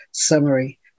summary